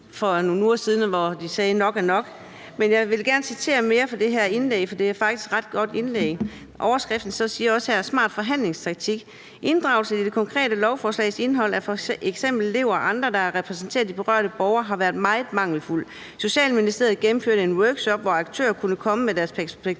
for nogle uger siden, hvor de sagde: Nok er nok. Men jeg vil gerne citere mere fra det her indlæg, for det er faktisk et ret godt indlæg. Det er fra under overskriften »Smart forhandlingstaktik«: »Inddragelsen i det konkrete lovforslags indhold, af for eksempel Lev og andre, der repræsenterer de berørte borgere, har været meget mangelfuld. Socialministeriet gennemførte en workshop, hvor aktører kunne komme med deres perspektiver